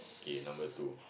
I see the number two